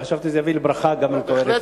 וחשבתי שזה יביא ברכה וגם תועלת.